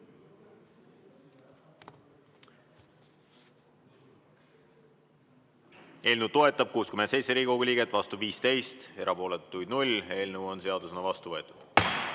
Eelnõu toetab 67 Riigikogu liiget, vastu on 15, erapooletuid 0. Eelnõu on seadusena vastu võetud.